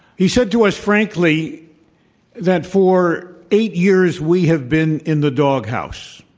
he said to us frankly that for eight years we have been in the doghouse.